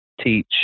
teach